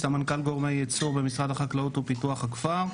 סמנכ"ל גורמי ייצור במשרד החקלאות ופיתוח הכפר.